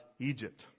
Egypt